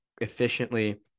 efficiently